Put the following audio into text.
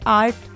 art